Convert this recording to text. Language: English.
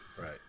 Right